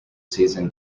season